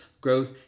growth